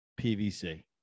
PVC